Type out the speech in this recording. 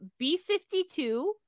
b52